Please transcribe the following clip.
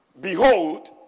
Behold